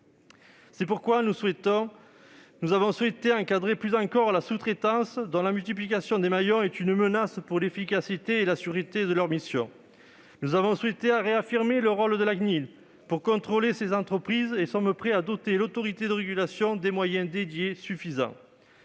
C'est pourquoi nous avons souhaité encadrer plus encore la sous-traitance, dont la multiplication des maillons est une menace pour l'efficacité et la sûreté des missions de ces sociétés. Nous avons également entendu réaffirmer le rôle de la CNIL dans le contrôle de ces entreprises ; nous sommes prêts à doter cette autorité de régulation de moyens dédiés suffisants.